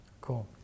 Cool